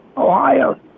Ohio